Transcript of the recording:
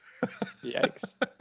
Yikes